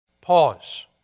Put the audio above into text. Pause